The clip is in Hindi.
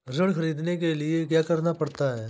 ऋण ख़रीदने के लिए क्या करना पड़ता है?